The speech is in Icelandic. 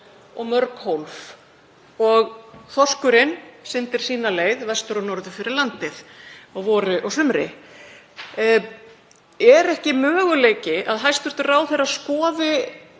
og mörg hólf og þorskurinn syndir sína leið vestur og norður fyrir landið að vori og sumri. Er ekki möguleiki að hæstv. ráðherra skoði